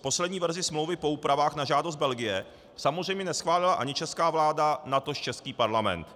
Poslední verzi smlouvy po úpravách na žádost Belgie samozřejmě neschválila ani česká vláda, natož český Parlament.